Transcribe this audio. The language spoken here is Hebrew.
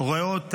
רואה אותם,